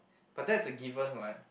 but that's a given [what]